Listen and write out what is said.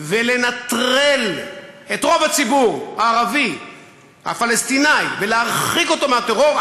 ולנטרל את רוב הציבור הערבי הפלסטיני ולהרחיק אותו מהטרור,